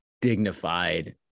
dignified